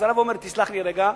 אז הרבי אומר: תסלח לי רגע.